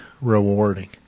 rewarding